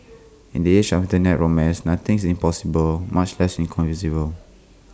in the age of Internet romance nothing is impossible much less inconceivable